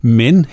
men